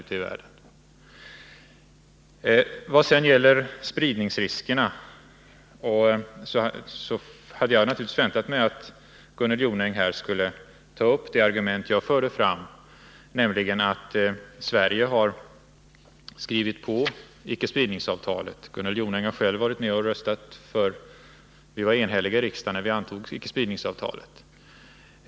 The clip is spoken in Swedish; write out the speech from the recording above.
Beträffande spridningsriskerna hade jag givetvis väntat mig att Gunnel Jonäng skulle ta upp det argument jag förde fram, nämligen detta att Sverige har skrivit på icke-spridningsavtalet. Riksdagen var enhällig vid antagandet av icke-spridningsavtalet.